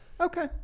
okay